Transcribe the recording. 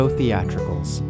Theatricals